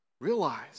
realize